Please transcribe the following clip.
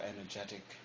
energetic